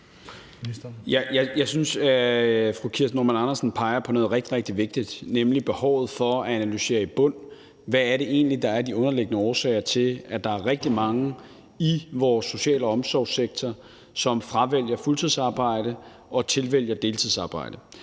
Jeg synes, at fru Kirsten Normann Andersen peger på noget rigtig, rigtig vigtigt, nemlig behovet for at analysere i bund, altså hvad der egentlig er de underliggende årsager til, at der er rigtig mange i vores social- og omsorgssektor, som fravælger fuldtidsarbejde og tilvælger deltidsarbejde.